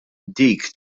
dik